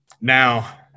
Now